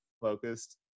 focused